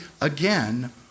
again